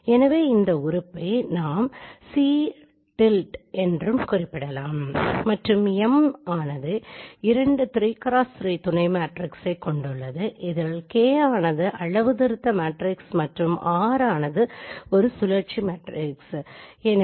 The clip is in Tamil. எனவே இந்த உறுப்பையும் நாங்கள் பிரதிநிதித்துவப்படுத்தலாம் மேலும் M மேட்ரிக்ஸய் 2 3 × 3 மேட்ரிக்ஸாக சிதைக்க முடியும் இதன் ஒரு கூறு காலிபரேஷன் மேட்ரிக்ஸைக் கொண்டுள்ளது மற்ற கூறு ஒரு சுழற்சி மேட்ரிக்ஸ் ஆகும்